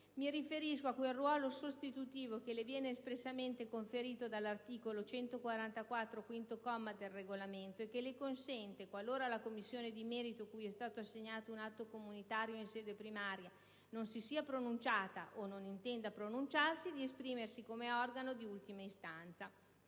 Mi riferisco a quel «ruolo sostitutivo» che le viene espressamente conferito dall'articolo 144, quinto comma, del Regolamento e che le consente, qualora la Commissione di merito cui è stato assegnato un atto comunitario in sede primaria non si sia pronunciata o non intenda pronunciarsi, di esprimersi come organo di ultima istanza.